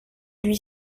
lui